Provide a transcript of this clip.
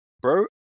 Bro